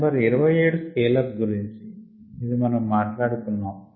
number 27 scale up గురించి ఇది మనం మాట్లాడుకున్నాం